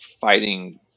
fighting